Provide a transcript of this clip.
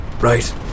right